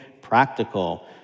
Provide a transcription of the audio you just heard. practical